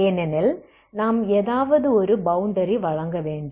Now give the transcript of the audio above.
ஏனெனில் நாம் எதாவது ஒரு பௌண்டரி வழங்க வேண்டும்